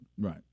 right